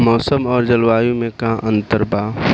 मौसम और जलवायु में का अंतर बा?